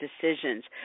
decisions